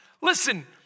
Listen